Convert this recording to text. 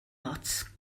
ots